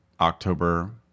October